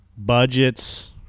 Budgets